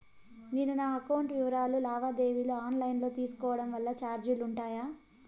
నేను నా అకౌంట్ వివరాలు లావాదేవీలు ఆన్ లైను లో తీసుకోవడం వల్ల చార్జీలు ఉంటాయా?